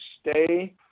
stay